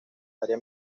área